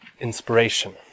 inspiration